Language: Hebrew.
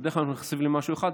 בדרך כלל נכנסים למשהו אחד,